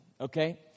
Okay